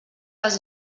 les